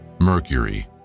Mercury